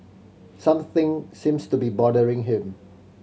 something seems to be bothering him